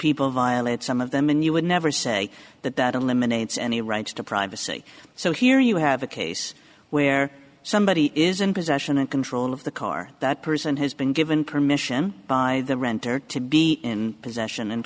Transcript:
people violate some of them and you would never say that that eliminates any rights to privacy so here you have a case where somebody is in possession and control of the car that person has been given permission by the renter to be in possession